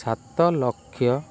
ସାତ ଲକ୍ଷ